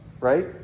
right